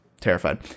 terrified